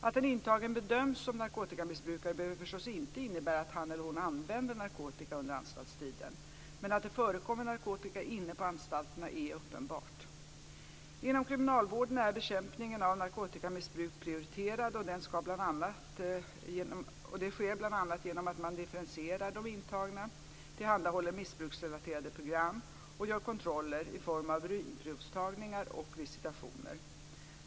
Att en intagen bedöms som narkotikamissbrukare behöver förstås inte innebära att han eller hon också använder narkotika under anstaltstiden, men att det förekommer narkotika inne på anstalterna är uppenbart. Inom kriminalvården är bekämpningen av narkotikamissbruk prioriterad, och den sker bl.a. genom att man differentierar de intagna, tillhandahåller missbruksrelaterade program och gör kontroller i form av urinprovstagningar och visitationer.